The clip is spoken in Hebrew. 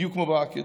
בדיוק כמו בעקדה,